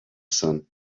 sun